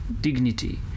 dignity